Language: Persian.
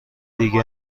دیگه